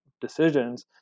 decisions